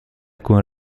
con